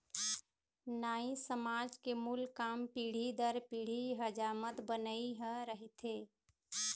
नाई समाज के मूल काम पीढ़ी दर पीढ़ी हजामत बनई ह रहिथे